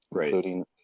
including